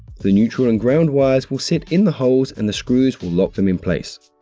the neutral and ground wires will sit in the holes and the screws will lock them in place.